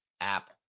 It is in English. app